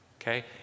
Okay